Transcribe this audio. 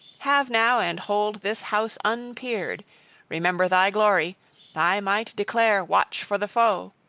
have now and hold this house unpeered remember thy glory thy might declare watch for the foe!